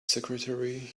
secretary